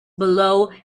below